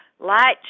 Light